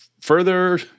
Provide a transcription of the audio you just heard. further